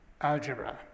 algebra